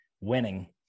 winning